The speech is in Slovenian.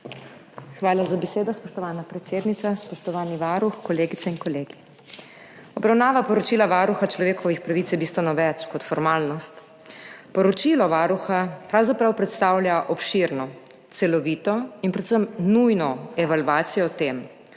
Hvala za besedo, spoštovana predsednica. Spoštovani varuh, kolegice in kolegi! Obravnava poročila Varuha človekovih pravic je bistveno več kot formalnost. Poročilo Varuha pravzaprav predstavlja obširno, celovito in predvsem nujno evalvacijo o tem,